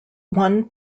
one